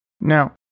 Now